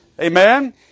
Amen